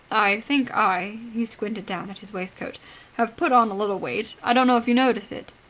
i think i he squinted down at his waistcoat have put on a little weight. i don't know if you notice it?